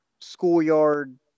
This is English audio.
Schoolyard